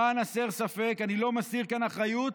למען הסר ספק, אני לא מסיר כאן אחריות